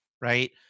right